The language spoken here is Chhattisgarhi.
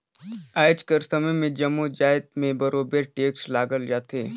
आएज कर समे में जम्मो जाएत में बरोबेर टेक्स लगाल जाथे